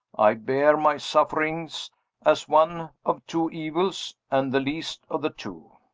i bear my sufferings as one of two evils, and the least of the two.